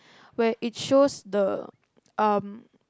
where it shows the um